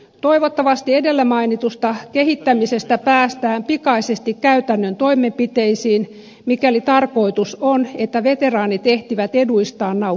toivottavasti edellä mainitusta kehittämisestä päästään pikaisesti käytännön toimenpiteisiin mikäli tarkoitus on että veteraanit ehtivät eduistaan nauttia